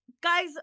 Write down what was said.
guys